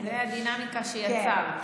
זו הדינמיקה שיצרת.